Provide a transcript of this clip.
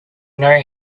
know